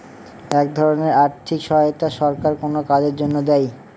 এক ধরনের আর্থিক সহায়তা সরকার কোনো কাজের জন্য দেয়